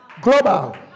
global